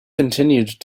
continued